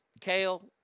Kale